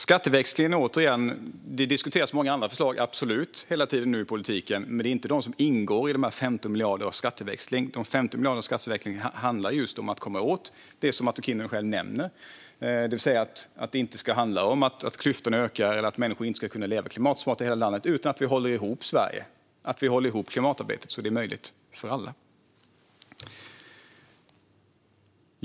När det gäller skatteväxlingen diskuteras många andra förslag i politiken just nu, absolut. Med det är inte de som ingår i de 15 miljarderna i skatteväxling. De 15 miljarderna i skatteväxling handlar om att komma åt just det som Martin Kinnunen nämner. Det handlar inte om att öka klyftorna eller att människor inte ska kunna leva klimatsmart i hela landet utan om att hålla ihop Sverige. Vi håller ihop klimatarbetet så att det är möjligt för alla.